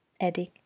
adding